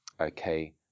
okay